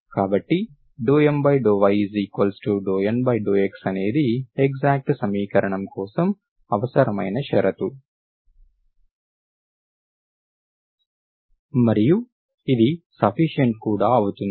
కాబట్టి ∂M∂y∂N∂x అనేది ఎక్సాక్ట్ సమీకరణం కోసం అవసరమైన షరతు మరియు ఇది సఫిషియెంట్ కూడా అవుతుంది